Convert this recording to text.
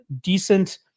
decent